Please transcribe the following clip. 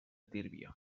tírvia